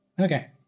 Okay